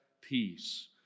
peace